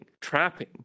trapping